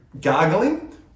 gargling